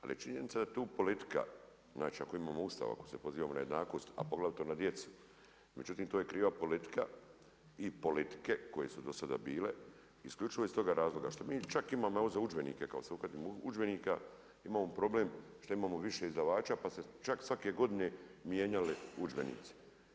Ali je činjenica da tu politika, znači ako imamo Ustav, ako se pozivamo na jednakost, a poglavito na djecu, međutim tu je kriva politika i politike koje su do sada bile isključivo iz toga razloga što mi čak imamo evo za udžbenike ako se uhvatimo udžbenika imamo problem što imamo više izdavača pa se čak svake godine mijenjali udžbenici.